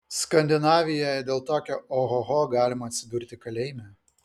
skandinavijoje dėl tokio ohoho galima atsidurti kalėjime